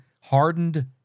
hardened